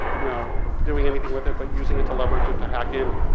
you know, doing anything with it but using it to leverage it to hack in.